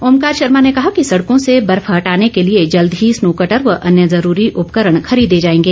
ओंकार शर्मा ने कहा कि सड़कों से बर्फ हटाने के लिए जल्द ही स्नो कटर व अन्य जरूरी उपकरण खरीदे जाएंगे